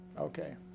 okay